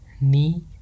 knee